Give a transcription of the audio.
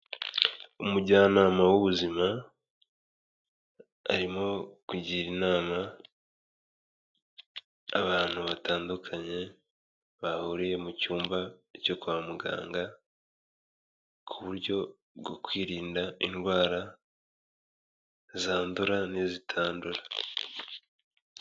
Umujyanama w'ubuzima arimo kugira inama abantu batandukanye bahuriye mu cyumba cyo kwa muganga ku buryo bwo kwirinda indwara zandura n'izitandura.